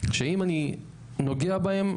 שאם אני נוגע בהן,